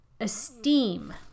esteem